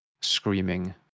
screaming